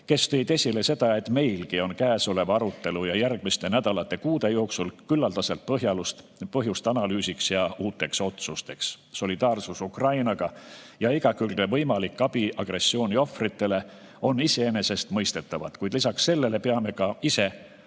kes tõid esile seda, et meilgi on käesoleva arutelu ja järgmiste nädalate-kuude jooksul küllaldaselt põhjust analüüsiks ja uuteks otsusteks. Solidaarsus Ukrainaga ja igakülgne võimalik abi agressiooni ohvritele on iseenesestmõistetavad, kuid lisaks sellele peame ka ise